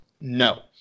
No